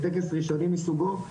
טקס ראשוני מסוגו,